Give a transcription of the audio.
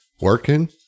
working